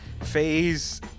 phase